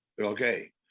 okay